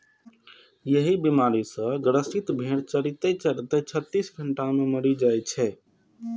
एहि बीमारी सं ग्रसित भेड़ चरिते चरिते छत्तीस घंटा मे मरि जाइ छै